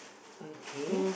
okay